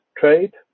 trade